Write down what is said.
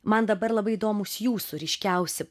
man dabar labai įdomūs jūsų ryškiausi